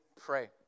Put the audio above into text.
pray